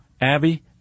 Abby